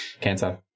cancer